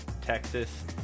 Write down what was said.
Texas